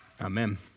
amen